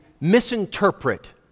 misinterpret